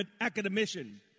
academician